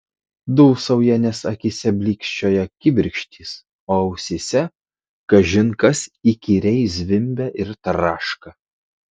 dūsauja nes akyse blykčioja kibirkštys o ausyse kažin kas įkyriai zvimbia ir traška